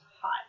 hot